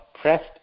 pressed